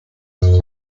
his